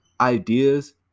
ideas